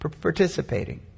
participating